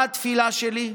מה התפילה שלי?